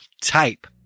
type